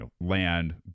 land